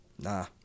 nah